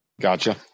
Gotcha